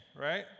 right